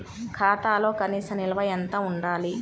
ఖాతాలో కనీస నిల్వ ఎంత ఉండాలి?